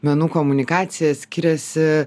menų komunikacija skiriasi